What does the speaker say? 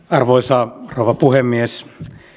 arvoisa rouva puhemies